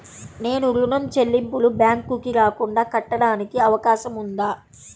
నేను ఋణం చెల్లింపులు బ్యాంకుకి రాకుండా కట్టడానికి అవకాశం ఉందా?